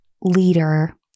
leader